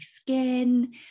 skin